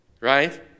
Right